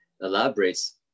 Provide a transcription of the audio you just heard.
elaborates